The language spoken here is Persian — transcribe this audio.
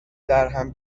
درهم